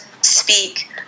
speak